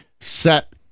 Set